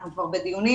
אנחנו כבר בדיונים,